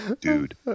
dude